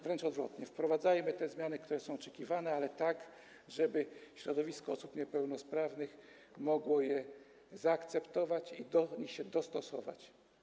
Wręcz odwrotnie, wprowadzajmy te zmiany, które są oczekiwane, ale tak, żeby środowisko osób niepełnosprawnych mogło je zaakceptować i do nich się dostosować.